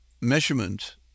measurement